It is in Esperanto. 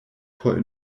por